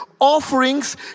Offerings